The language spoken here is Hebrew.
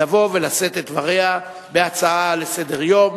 לבוא ולשאת את דבריה בהצעה לסדר-היום